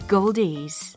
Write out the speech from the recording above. Goldies